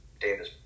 Davis